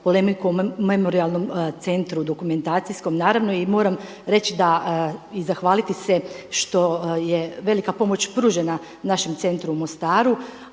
polemiku o Hrvatskom memorijalno-dokumentacijskom centru i moram reći i zahvaliti se što je velika pomoć pružena našem centru u Mostaru,